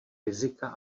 rizika